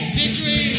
victory